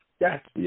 Yes